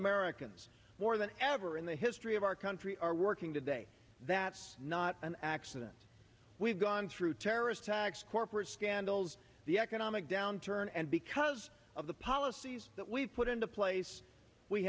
americans more than ever in the history of our country are working today that's not an accident we've gone through terrorist attacks corporate scandals the economic downturn and because of the policies that we put into place we